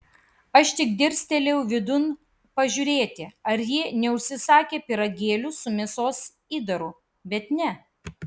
aš tik dirstelėjau vidun pažiūrėti ar jie neužsisakę pyragėlių su mėsos įdaru bet ne